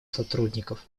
сотрудников